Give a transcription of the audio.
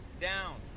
down